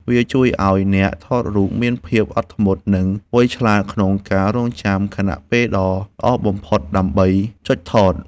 វាជួយឱ្យអ្នកថតរូបមានភាពអត់ធ្មត់ និងវៃឆ្លាតក្នុងការរង់ចាំខណៈពេលដ៏ល្អបំផុតដើម្បីចុចថត។